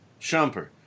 Shumper